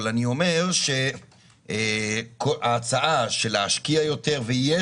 אבל אני אומר שההצעה להשקיע יותר ויש